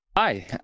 Hi